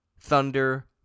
Thunder